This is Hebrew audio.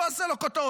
לא אעשה לו כותרות".